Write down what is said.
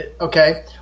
okay